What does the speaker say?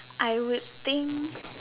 I waiting